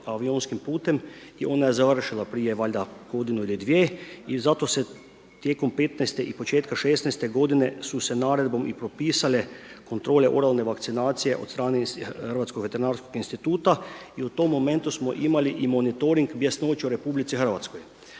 avionskim putem i ona je završila prije valjda godinu ili dvije i zato se tijekom '15.-te i početkom '16.-te godine su se naredbom i propisale kontrole oralne vakcinacije od strane Hrvatsko veterinarskog instituta i u tom momentu smo imali i monitoring, bjesnoću u RH. Mi znamo